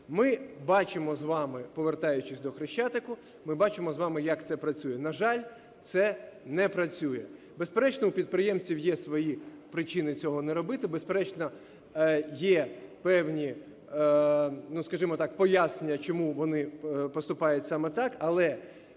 Ми бачимо з вами, повертаючись до Хрещатику, ми бачимо з вами, як це працює, на жаль, це не працює. Безперечно у підприємців є свої причини цього не робити, безперечно є певні, скажімо так, пояснення чому вони поступають саме так. Але